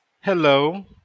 hello